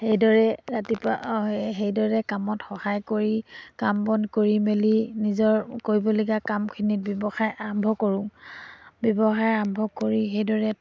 সেইদৰে ৰাতিপুৱা সেইদৰে কামত সহায় কৰি কাম বন কৰি মেলি নিজৰ কৰিবলগীয়া কামখিনিত ব্যৱসায় আৰম্ভ কৰোঁ ব্যৱসায় আৰম্ভ কৰি সেইদৰে